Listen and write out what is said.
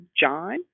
John